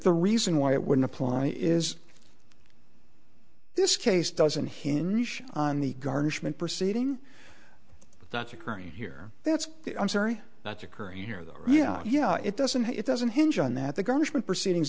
the reason why it wouldn't apply is this case doesn't hinge on the garnishment proceeding that's occurring here that's i'm sorry that's occurring here the yeah yeah it doesn't it doesn't hinge on that the government proceedings